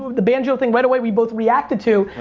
the banjo thing. right away we both reacted to.